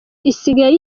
isigaye